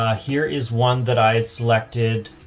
ah here is one that i had selected,